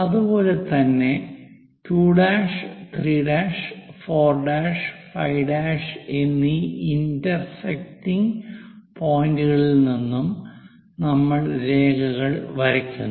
അതുപോലെ തന്നെ 2' 3' 4' 5' എന്നീ ഇന്റർസെക്റ്റിങ് പോയിന്റുകളിൽ നിന്നും നമ്മൾ രേഖകൾ വരയ്ക്കുന്നു